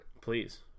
Please